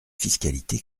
fiscalité